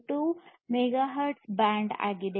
42 megahertz band ಆಗಿದೆ